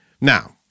Now